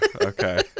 Okay